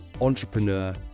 entrepreneur